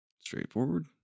Straightforward